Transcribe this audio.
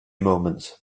moments